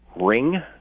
ring